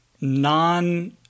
non